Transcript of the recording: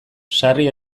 sarri